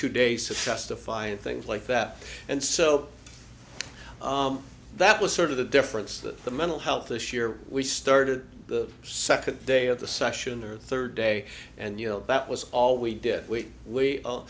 two days to testify and things like that and so that was sort of the difference that the mental health this year we started the second day of the session or third day and that was all we did we we